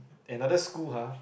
another school ha